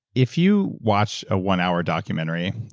if you watch a one hour documentary,